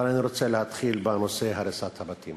אבל אני רוצה להתחיל בנושא הריסת הבתים